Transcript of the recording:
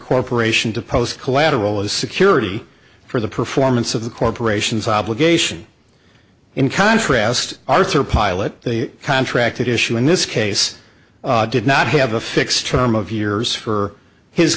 corporation to post collateral as security for the performance of the corporation's obligation in contrast arthur pilot contracted issue in this case did not have a fixed term of years for his